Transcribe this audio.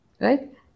Right